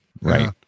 Right